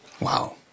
Wow